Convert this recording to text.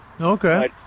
okay